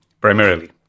primarily